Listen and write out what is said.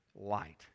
light